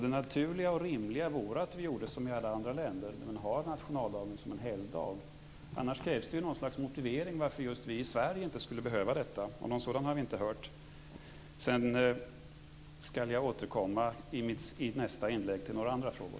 Det naturliga och rimliga vore att göra som man gör i alla andra länder där nationaldagen är en helgdag. Annars krävs det ett slags motivering till att just vi i Sverige inte skulle behöva ha det så och någon sådan har vi inte hört. I nästa inlägg återkommer jag till några andra frågor.